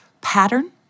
pattern